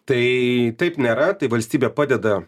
tai taip nėra tai valstybė padeda